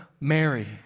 Mary